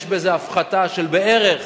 יש בזה הפחתה של בערך